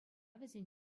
вӗсен